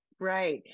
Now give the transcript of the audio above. Right